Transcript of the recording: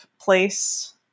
place